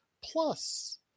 Plus